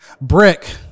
brick